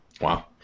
Wow